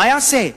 מה יעשה?